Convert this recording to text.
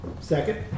Second